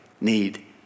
need